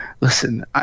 Listen